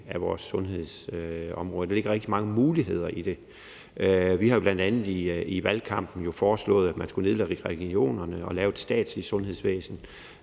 af vores sundhedsområde. Der ligger rigtig mange muligheder i det. Vi har jo bl.a. i valgkampen foreslået, at man skulle nedlægge regionerne og lave et statsligt sundhedsvæsen